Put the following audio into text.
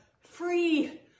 free